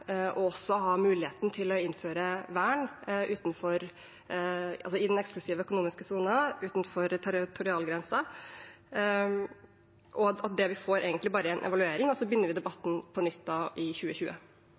og også har muligheten til å innføre vern i den eksklusive økonomiske sonen utenfor territorialgrensen, og at det vi får, egentlig bare er en evaluering, og så begynner vi